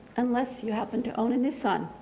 unless you happen to own a nissan.